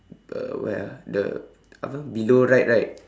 uh where ah the apa below right right